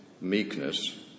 meekness